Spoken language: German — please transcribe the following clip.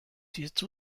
hierzu